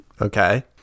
Okay